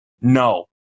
No